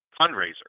fundraiser